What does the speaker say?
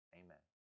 amen